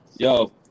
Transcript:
Yo